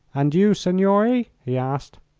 and you, signore? he asked.